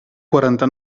quaranta